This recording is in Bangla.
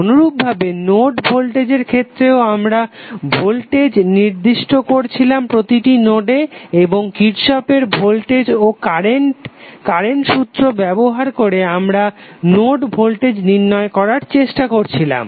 অনুরূপভাবে নোড ভোল্টেজের ক্ষেত্রে আমরা ভোল্টেজ নির্দিষ্ট করছিলাম প্রতিটি নোডে এবং কিরর্শফের ভোল্টেজ ও কারেন্ট সূত্র Kirchhoff's voltage and current law ব্যবহার করে আমরা নোড ভোল্টেজ নির্ণয় করার চেষ্টা করছিলাম